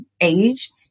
age